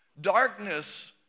Darkness